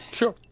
sure.